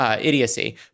idiocy